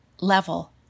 level